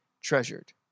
treasured